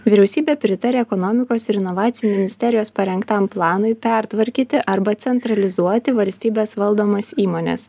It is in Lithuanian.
vyriausybė pritarė ekonomikos ir inovacijų ministerijos parengtam planui pertvarkyti arba centralizuoti valstybės valdomas įmones